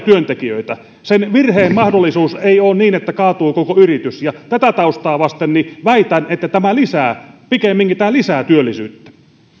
työntekijöitä sen virheen mahdollisuus ei merkitse sitä että kaatuu koko yritys ja tätä taustaa vasten väitän että pikemminkin tämä lisää työllisyyttä arvoisa